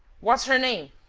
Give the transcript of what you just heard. what's her name?